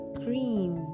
green